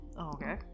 Okay